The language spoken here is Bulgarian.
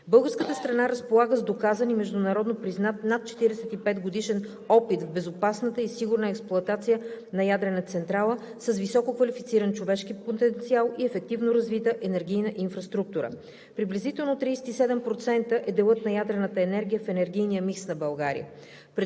Българската страна разполага с доказан и международно признат над 45-годишен опит в безопасната и сигурна експлоатация на ядрена централа, с висококвалифициран човешки потенциал и ефективно развита енергийна инфраструктура. Приблизително 37% е делът на ядрената енергия в енергийния микс на България.